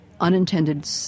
unintended